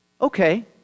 Okay